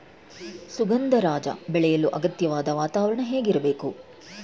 ಸುಗಂಧರಾಜ ಬೆಳೆಯಲು ಅಗತ್ಯವಾದ ವಾತಾವರಣ ಹೇಗಿರಬೇಕು?